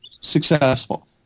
successful